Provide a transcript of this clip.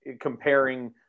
comparing